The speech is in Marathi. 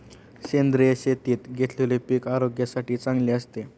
सेंद्रिय शेतीत घेतलेले पीक आरोग्यासाठी चांगले असते